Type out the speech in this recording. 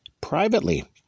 privately